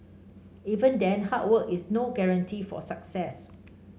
even then hard work is no guarantee of success